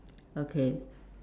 okay